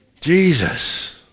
Jesus